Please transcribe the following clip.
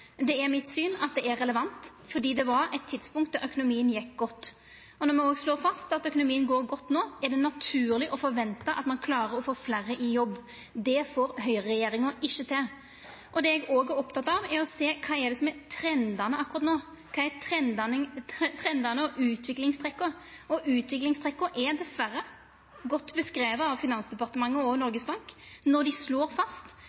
Det er mitt syn at det er relevant, for det var eit tidspunkt då økonomien gjekk godt. Når me òg slår fast at økonomien går godt no, er det naturleg å forventa at ein klarer å få fleire i jobb. Det får høgreregjeringa ikkje til. Det eg òg er opptatt av, er å sjå kva som er trendane akkurat no. Kva er trendane og utviklingstrekka? Utviklingstrekka er dessverre godt beskrivne av Finansdepartementet og Noregs Bank når dei slår fast